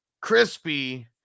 Crispy